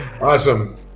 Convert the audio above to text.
Awesome